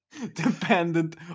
dependent